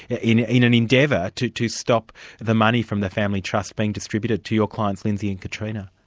in an in an endeavour to to stop the money from the family trust being distributed to your clients, lindsay and katrina.